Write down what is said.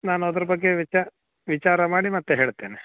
ನಾನು ಅದ್ರ ಬಗ್ಗೆ ವಿಚಾರ ವಿಚಾರ ಮಾಡಿ ಮತ್ತೆ ಹೇಳ್ತೇನೆ